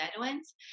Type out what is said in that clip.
Bedouins